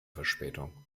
verspätung